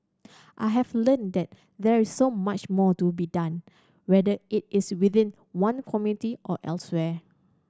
I have learnt that there is so much more to be done whether it is within one community or elsewhere